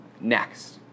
Next